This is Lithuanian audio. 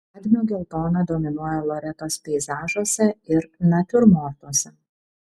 kadmio geltona dominuoja loretos peizažuose ir natiurmortuose